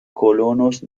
colonos